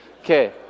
okay